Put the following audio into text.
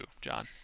John